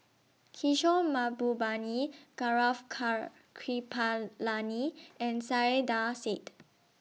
Kishore Mahbubani Gaurav Car Kripalani and Saiedah Said